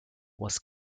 was